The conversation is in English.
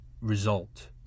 result